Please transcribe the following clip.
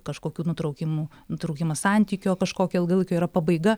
kažkokiu nutraukimu nutrūkimas santykio kažkokio ilgalaikio yra pabaiga